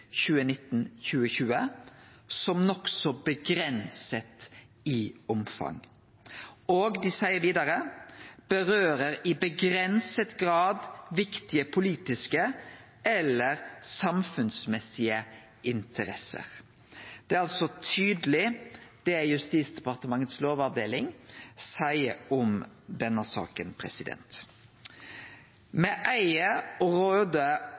som nokså begrenset i omfang.» Dei seier vidare: berører i begrenset grad viktige politiske eller samfunnsmessige interesser.» Det er altså tydeleg det lovavdelinga i Justisdepartementet seier om denne saka.